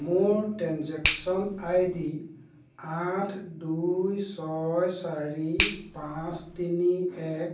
মোৰ transaction ID আঠ দুই ছয় চাৰি পাঁচ তিনি এক